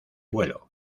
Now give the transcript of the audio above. vuelo